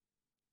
בסדר.